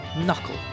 Knuckle